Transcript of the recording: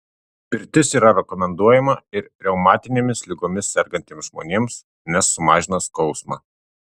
pirtis yra rekomenduojama ir reumatinėmis ligomis sergantiems žmonėms nes sumažina skausmą